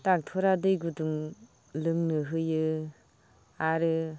डक्ट'रा दै गुदुं लोंनो होयो आरो